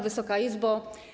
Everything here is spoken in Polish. Wysoka Izbo!